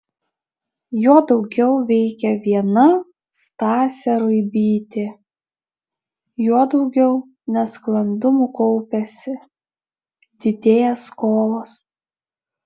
juo daugiau veikia viena stasė ruibytė juo daugiau nesklandumų kaupiasi didėja skolos